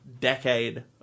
decade